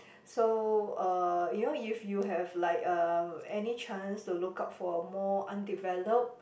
so uh you know if you have like uh any chance to look out for more undeveloped